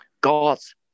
God's